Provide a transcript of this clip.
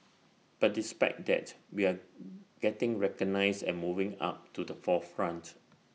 but despite that we are getting recognised and moving up to the forefront